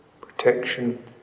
Protection